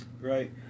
right